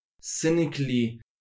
cynically